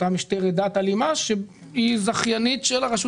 אותה משטרת דת אלימה שהיא זכיינית של הרשות